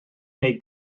neu